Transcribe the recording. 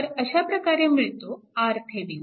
तर अशा प्रकारे मिळतो RThevenin